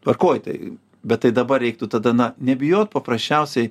tvarkoj tai bet tai dabar reiktų tada na nebijot paprasčiausiai